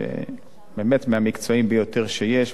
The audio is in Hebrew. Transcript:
באמת מהמקצועיים ביותר שיש,